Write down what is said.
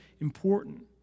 important